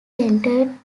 centered